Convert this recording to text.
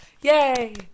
Yay